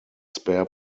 spare